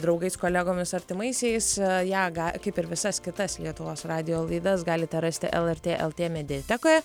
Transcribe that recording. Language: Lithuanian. draugais kolegomis artimaisiais ją ga kaip ir visas kitas lietuvos radijo laidas galite rasti lrt lt mediatekoje